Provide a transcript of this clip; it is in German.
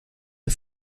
der